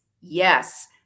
yes